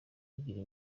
kugira